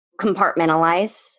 compartmentalize